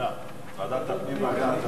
ועדת הפנים והגנת הסביבה.